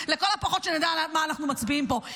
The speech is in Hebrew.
לכל הפחות שנדע על מה אנחנו מצביעים פה.